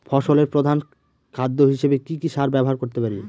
ফসলের প্রধান খাদ্য হিসেবে কি কি সার ব্যবহার করতে পারি?